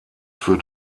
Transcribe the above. für